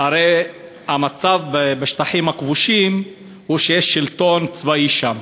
הרי המצב בשטחים הכבושים הוא שיש שלטון צבאי שם.